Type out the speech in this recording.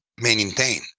maintain